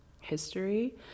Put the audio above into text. history